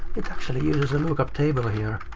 it actually uses a lookup table here.